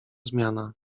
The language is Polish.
zmiana